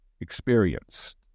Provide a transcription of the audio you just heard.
experience